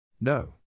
No